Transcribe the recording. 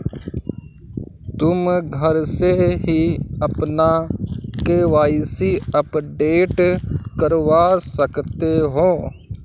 तुम घर से ही अपना के.वाई.सी अपडेट करवा सकते हो